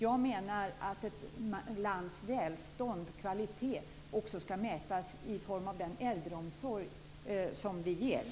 Jag menar att ett lands välstånd, dess kvalitet, också skall mätas i form av den äldreomsorg som ges.